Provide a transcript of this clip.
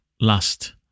last